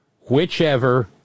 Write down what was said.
whichever